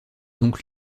donc